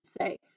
say